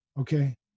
okay